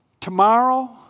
tomorrow